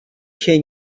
się